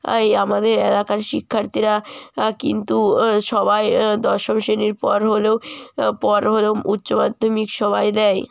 অ্যায় আমাদের এলাকার শিক্ষার্থীরা কিন্তু সবাই দশম শ্রের পর হলেও পর হলেও উচ্চ মাধ্যমিক সবাই দেয়